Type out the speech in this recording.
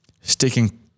sticking